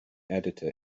editor